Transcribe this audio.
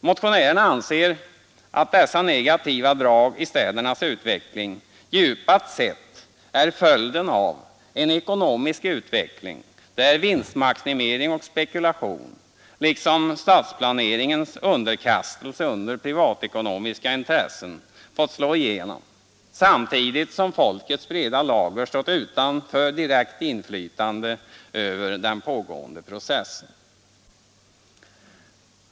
Motionärerna anser att dessa negativa drag i städernas utveckling djupare sett är följden av en ekonomisk utveckling, där vinstmaximering och spekulation liksom stadsplaneringens underkastelse under privatekonomiska intressen fått slå igenom, samtidigt som folkets breda lager stått utanför det direkta inflytandet över den pågående processen.